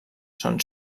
son